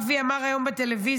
אבי אמר היום בטלוויזיה